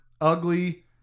ugly